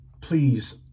Please